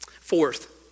Fourth